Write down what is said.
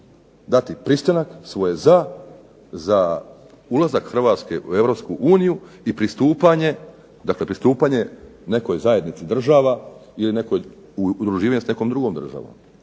svoj pristanak za, svoje za za ulazak Hrvatske u Europsku uniju i pristupanje nekoj zajednici država ili udruživanje s nekom drugom državom,